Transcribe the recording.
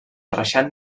reixat